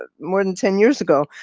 ah more than ten years ago.